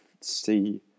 see